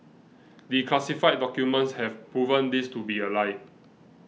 declassified documents have proven this to be a lie